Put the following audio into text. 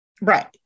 Right